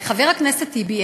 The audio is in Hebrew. חבר הכנסת טיבי,